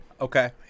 Okay